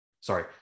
sorry